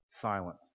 silent